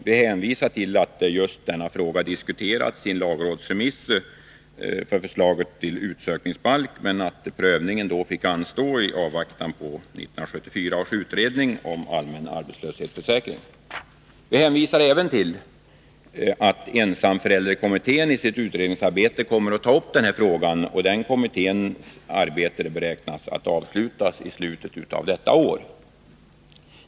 Vi hänvisar till att just denna fråga diskuterats i en lagrådsremiss med förslag till utsökningsbalk men att prövningen fått anstå i avvaktan på 1974 års utredning om allmän arbetslöshetsförsäkring. Vi hänvisar även till att ensamförälderkommittén i sitt utredningsarbete kommer att ta upp den här frågan och att kommitténs arbete beräknas avslutas i slutet av detta år.